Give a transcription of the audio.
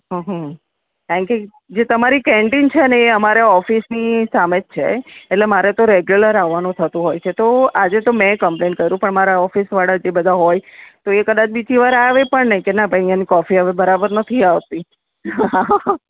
અહં કારણકે જે તમારી કેન્ટીન છે ને એ અમારી ઓફિસની સામે જ છે એટલે મારે તો રેગ્યુલર આવવાનું થતું હોય છે તો આજે તો મેં કૅમ્પલેન કરું પણ મારા ઓફિસવાળા જે બધાં હોય તો એ કદાચ બીજી વાર આવે પણ નહીં કે ના ભાઈ એની કોફી હવે બરાબર નથી આવતી